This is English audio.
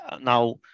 Now